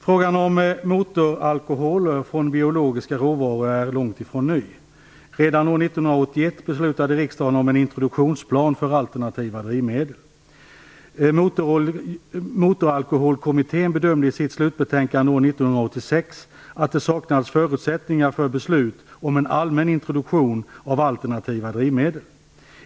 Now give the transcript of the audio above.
Frågan om motoralkoholer från biologiska råvaror är långtifrån ny. Redan år 1981 beslutade riksdagen om en introduktionsplan för alternativa drivmedel. Motoralkoholkommittén bedömde i sitt slutbetänkande år 1986 att det saknades förutsättningar för beslut om en allmän introduktion av alternativa drivmedel.